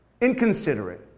inconsiderate